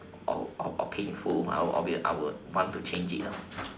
or or painful probably I would want to change it ah